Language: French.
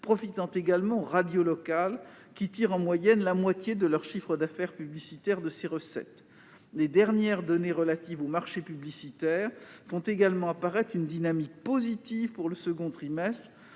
profite également aux radios locales, lesquelles tirent en moyenne la moitié de leur chiffre d'affaires publicitaire de ces recettes. Les dernières données relatives au marché publicitaire font également apparaître une dynamique positive pour le second semestre.